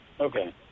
Okay